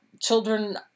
children